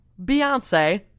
Beyonce